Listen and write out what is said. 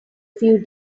few